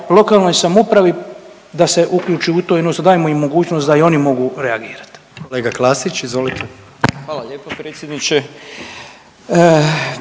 lokalnoj samoupravi da se uključi u to odnosno dajemo im mogućnost da i oni mogu reagirat.